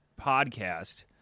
podcast